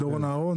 דורון אהרן,